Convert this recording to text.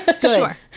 Sure